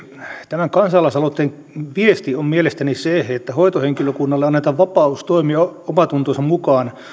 tämän kansalaisaloitteen viesti on mielestäni se se että hoitohenkilökunnalle annetaan vapaus toimia omantuntonsa mukaan